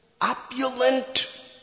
opulent